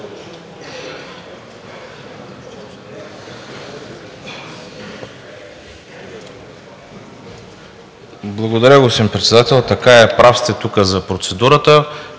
Благодаря, господин Председател. Така е, прав сте за процедурата.